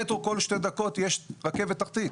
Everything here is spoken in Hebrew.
במטרו כל שתי דקות יש רכבת תחתית.